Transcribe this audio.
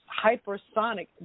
hypersonic